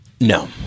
No